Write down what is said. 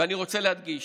ואני רוצה להדגיש,